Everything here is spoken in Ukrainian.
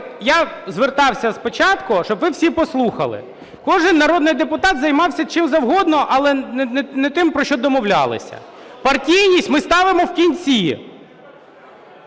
я звертався на початку, щоб ви всі послухали, кожен народний депутат займався чим завгодно, але не тим, про що домовлялися. Партійність ми ставимо в кінці.